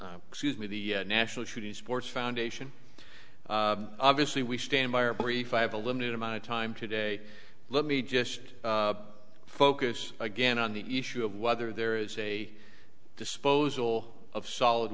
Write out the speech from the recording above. excuse me the national shooting sports foundation obviously we stand by our brief i have a limited amount of time today let me just focus again on the each of whether there is a disposal of solid